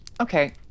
Okay